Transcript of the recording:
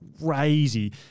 crazy